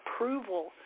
approval